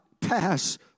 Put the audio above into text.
pass